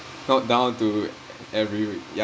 felt down to every week ya